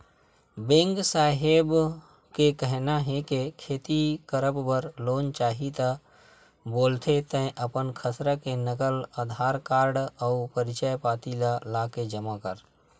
bank साहेब के कहिना हे के खेती करब बर लोन चाही ता बोलथे तंय अपन खसरा के नकल, अधार कारड अउ परिचय पाती ल लाके जमा कर